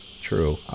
True